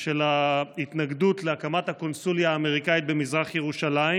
של ההתנגדות להקמת הקונסוליה האמריקנית במזרח ירושלים